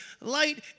light